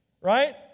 Right